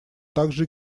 также